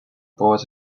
board